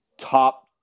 top